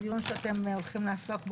הדיון שאתם הולכים לעסוק בו,